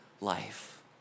life